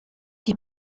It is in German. die